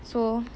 so